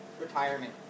retirement